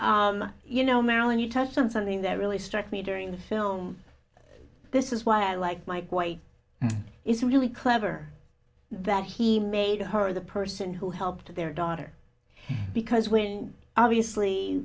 yeah you know marilyn you touched on something that really struck me during the film this is why i like mike white is really clever that he made her the person who helped their daughter because when obviously